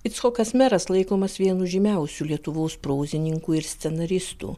icchokas meras laikomas vienu žymiausių lietuvos prozininku ir scenaristu